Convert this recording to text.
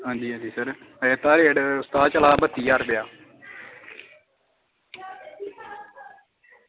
आं जी आं जी सर एह्कड़ा रेट चला दा इसदा बत्ती ज्हार रपेआ